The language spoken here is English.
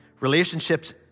Relationships